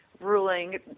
ruling